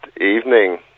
evening